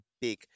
big